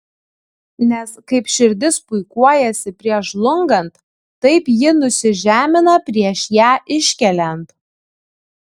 nes kaip širdis puikuojasi prieš žlungant taip ji nusižemina prieš ją iškeliant